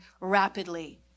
rapidly